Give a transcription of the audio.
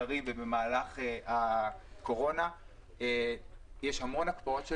במהלך הקורונה והסגרים יש המון הקפאות של